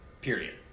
Period